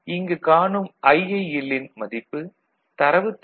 இங்கு காணும் IIL ன் மதிப்பு தரவுத்தாளின் படி மைனஸ் 1